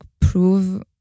prove